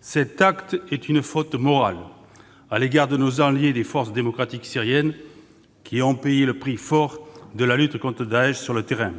Cet acte est une faute morale à l'égard de nos alliés des forces démocratiques syriennes, qui ont payé le prix fort de la lutte contre Daech sur le terrain.